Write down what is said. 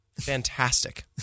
fantastic